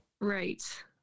right